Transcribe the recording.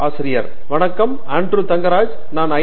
பேராசிரியர் ஆண்ட்ரூ தங்கராஜ் வணக்கம் நான் ஆண்ட்ரூ தங்கராஜ் நான் ஐ